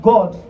God